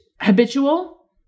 habitual